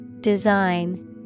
Design